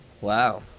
Wow